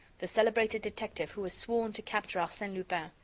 the celebrated detective who has sworn to capture arsene lupin. ah!